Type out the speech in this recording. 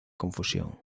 confusión